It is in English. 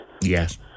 yes